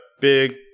big